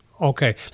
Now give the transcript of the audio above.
Okay